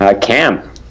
Cam